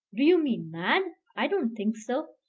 do you mean mad? i don't think so.